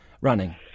running